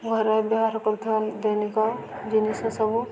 ଘରେ ବ୍ୟବହାର କରୁଥିବା ଦୈନିକ ଜିନିଷ ସବୁ